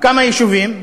כמה יישובים,